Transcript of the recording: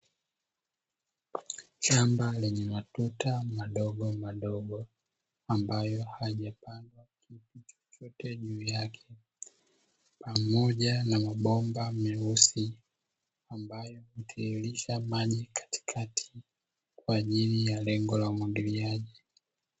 Shamba lenye matuta madogomadogo, ambayo hayajapandwa kitu chochote juu yake pamoja na mabomba meusi ambayo hutiririsha maji katikati kwa ajili ya lengo la umwagiliaji.